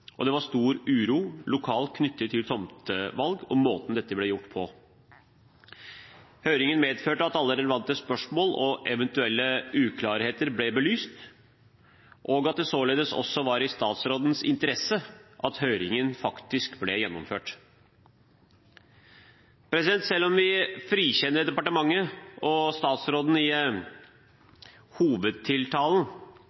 at det var stor uro lokalt knyttet til tomtevalg og måten dette ble gjort på. Høringen medførte at alle relevante spørsmål og eventuelle uklarheter ble belyst, og at det således også var i statsrådens interesse at høringen faktisk ble gjennomført. Selv om vi frikjenner departementet og statsråden i